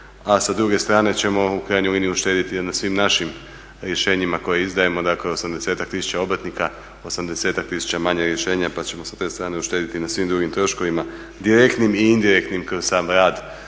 a sa druge strane ćemo u krajnju liniju uštediti na svim našim rješenjima koja izdajemo, dakle 80-ak tisuća obrtnika, 80-ak tisuća manje rješenja pa ćemo sa te strane uštediti na svim drugim troškovima, direktnim i indirektnim kroz sam rad